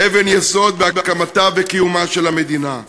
אבן יסוד בהקמתה ובקיומה של המדינה.